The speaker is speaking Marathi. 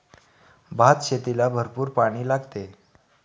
भातशेतीला भरपूर पाणी लागते